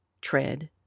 Tread